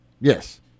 Yes